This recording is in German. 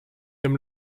dem